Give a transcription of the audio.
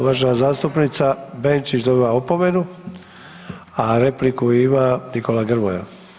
Uvažena zastupnica Benčić dobiva opomenu, a repliku ima Nikola Grmoja.